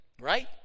right